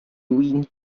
doing